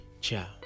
Ciao